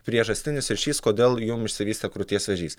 priežastinis ryšys kodėl jum išsivystė krūties vėžys